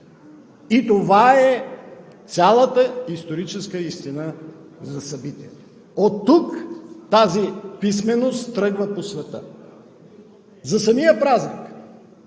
И това е цялата историческа истина за събитията. Оттук тази писменост тръгва по света. За самия празник.